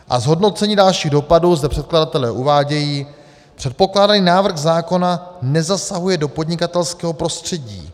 A zhodnocení dalších dopadů zde předkladatelé uvádějí: Předkládaný návrh zákona nezasahuje do podnikatelského prostředí.